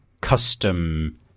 custom